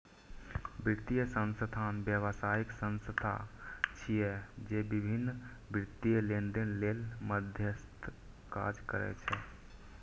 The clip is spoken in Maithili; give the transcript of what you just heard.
वित्तीय संस्थान व्यावसायिक संस्था छिय, जे विभिन्न वित्तीय लेनदेन लेल मध्यस्थक काज करै छै